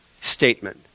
statement